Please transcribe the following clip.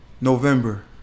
november